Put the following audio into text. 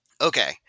Okay